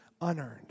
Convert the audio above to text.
unearned